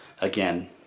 Again